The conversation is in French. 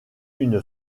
une